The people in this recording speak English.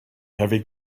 heavy